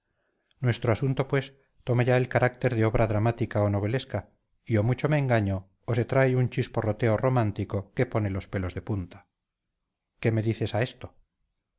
nuestro asunto pues toma ya el carácter de obra dramática o novelesca y o mucho me engaño o se trae un chisporroteo romántico que pone los pelos de punta qué me dices a esto